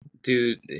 dude